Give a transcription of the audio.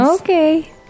Okay